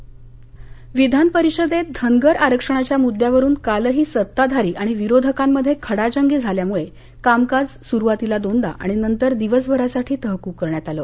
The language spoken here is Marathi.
विधान परिषद विधान परिषदेत धनगर आरक्षणाच्या मुद्द्यावरून कालही सत्ताधारी आणि विरोधकांमध्ये खडाजंगी झाल्यामुळे कामकाज सुरुवातीला दोनदा आणि नंतर दिवसभरासाठी तहकूब करण्यात आलं